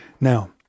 Now